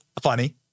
funny